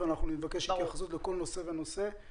להתייחס לכל הנושאים האלה.